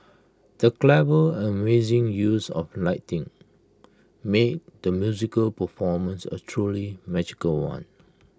the clever and amazing use of lighting made the musical performance A truly magical one